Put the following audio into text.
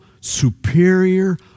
superior